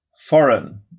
foreign